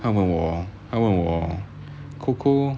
她问我她问我 coco